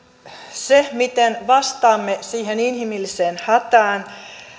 se miten vastaamme siihen inhimilliseen hätään